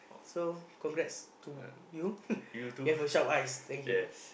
so congrats to you you have sharp eyes thank you